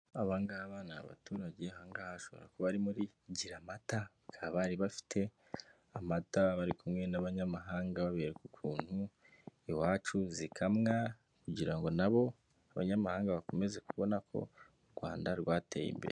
Aba ngaba n'abaturage aha ngaha hashobora kuba ari muri Giramata, baka bari bafite amata bari kumwe n'abanyamahanga babereka ukuntu iwacu zikamwa kugira ngo nabo abanyamahanga bakomeze kubona ko u rwanda rwateye imbere